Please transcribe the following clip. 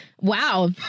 Wow